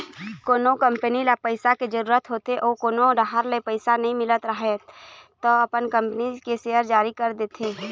कोनो कंपनी ल पइसा के जरूरत होथे अउ कोनो डाहर ले पइसा नइ मिलत राहय त अपन कंपनी के सेयर जारी कर देथे